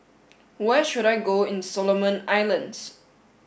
where should I go in Solomon Islands